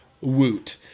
Woot